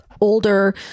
older